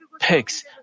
pigs